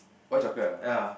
white chocolate ah